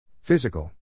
Physical